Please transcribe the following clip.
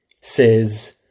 says